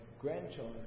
grandchildren